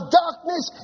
darkness